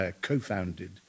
co-founded